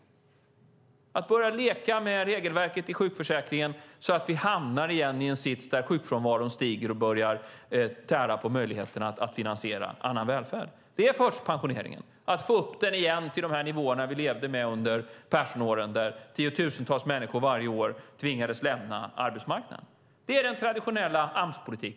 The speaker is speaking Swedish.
Det är att börja leka med regelverket i sjukförsäkringen så att vi återigen hamnar i en sits där sjukfrånvaron stiger och börjar tära på möjligheterna att finansiera annan välfärd. Det är förtidspensioneringen. Det handlar om att få upp den igen till de nivåer vi levde med under Perssonåren där tiotusentals människor varje år tvingades lämna arbetsmarknaden. Det är den traditionella Amspolitiken.